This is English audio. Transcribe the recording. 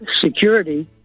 security